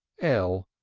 l!